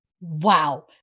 Wow